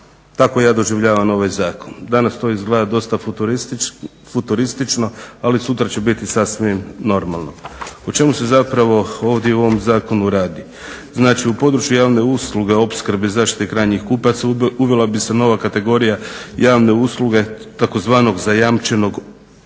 Tako ja doživljavam ovaj zakon. Danas to izgleda dosta futuristično ali sutra će biti sasvim normalno. Po čemu se zapravo ovdje u ovom zakonu radi? Znači u području javne usluge opskrbe zaštite krajnjih kupaca uvela bi se nova kategorija javne usluge tzv. zajamčena opskrba